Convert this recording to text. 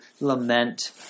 lament